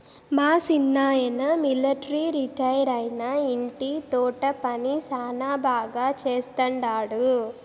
మా సిన్నాయన మిలట్రీ రిటైరైనా ఇంటి తోట పని శానా బాగా చేస్తండాడు